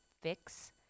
fix